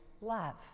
love